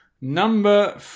Number